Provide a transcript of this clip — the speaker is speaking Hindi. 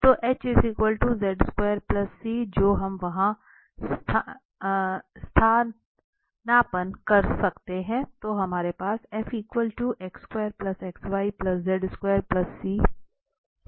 तो जो हम वहाँ स्थानापन्न कर सकते हैं और हमारे पास है